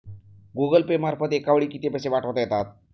Google Pay मार्फत एका वेळी किती पैसे पाठवता येतात?